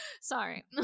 Sorry